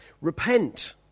Repent